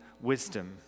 wisdom